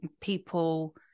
people